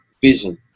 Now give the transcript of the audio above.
vision